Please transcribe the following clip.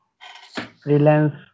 freelance